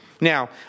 Now